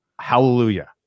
hallelujah